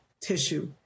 Tissue